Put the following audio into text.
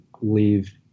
leave